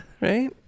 Right